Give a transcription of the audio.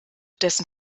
dessen